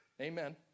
Amen